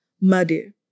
Muddy